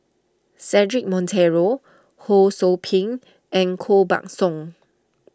Cedric Monteiro Ho Sou Ping and Koh Buck Song